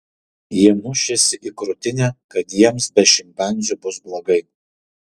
jie mušėsi į krūtinę kad jiems be šimpanzių bus blogai